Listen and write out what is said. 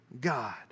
God